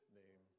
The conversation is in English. name